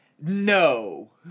no